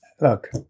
look